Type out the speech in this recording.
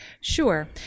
Sure